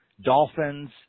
Dolphins